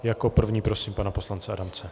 Jako první prosím pana poslance Adamce.